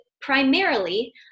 primarily